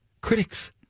Critics